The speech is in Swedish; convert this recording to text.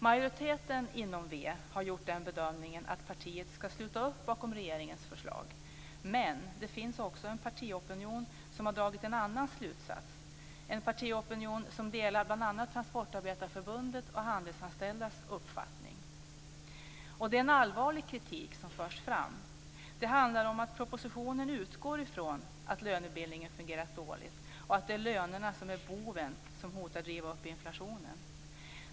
Majoriteten inom v har gjort den bedömningen att partiet ska sluta upp bakom regeringens förslag, men det finns också en partiopinion som har dragit en annan slutsats - en partiopinion som delar bl.a. Det är en allvarlig kritik som förs fram. Det handlar om att propositionen utgår ifrån att lönebildningen fungerat dåligt och att det är lönerna som är boven som hotar driva upp inflationen.